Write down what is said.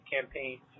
campaign